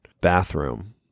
bathroom